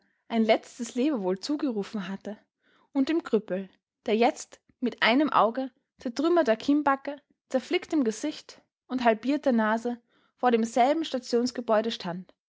ein letztes lebewohl zugerufen hatte und dem krüppel der jetzt mit einem auge zertrümmerter kinnbacke zerflicktem gesicht und halbierter nase vor demselben stationsgebäude stand